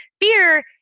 fear